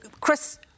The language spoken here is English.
Chris